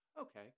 Okay